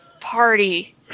party